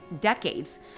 decades